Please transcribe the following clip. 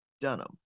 Dunham